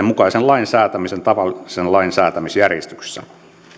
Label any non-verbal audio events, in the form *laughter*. *unintelligible* mukaisen lain säätämisen tavallisen lain säätämisjärjestyksessä